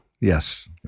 Yes